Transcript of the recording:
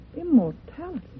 Immortality